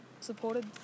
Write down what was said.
supported